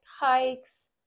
hikes